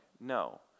No